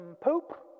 poop